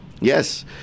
Yes